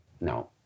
no